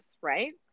right